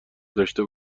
داشته